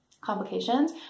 complications